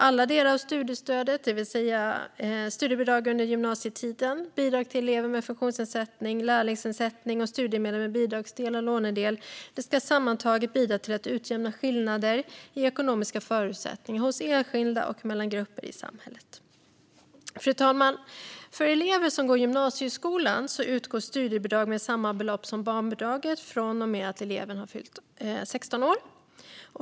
Alla delar av studiestödet, det vill säga studiebidrag under gymnasietiden, bidrag till elever med funktionsnedsättning, lärlingsersättning och studiemedel med bidragsdel och lånedel, ska sammantaget bidra till att utjämna skillnader i ekonomiska förutsättningar mellan enskilda och mellan grupper i samhället. Fru talman! För elever som går i gymnasieskola utgår studiebidrag med samma belopp som för barnbidraget från och med att eleven fyllt 16 år.